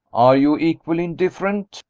are you equally indifferent,